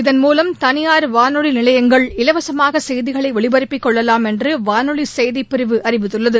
இதன்மூலம் தனியார் வானொலி நிலையங்கள் இலவசமாக செய்திகளை ஒலிபரப்பி கொள்ளலாம் என்று வானொலி செய்திப்பிரிவு அறிவித்துள்ளது